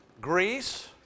Greece